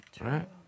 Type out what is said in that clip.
Right